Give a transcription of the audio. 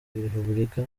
repubulika